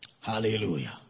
Hallelujah